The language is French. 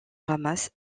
ramasse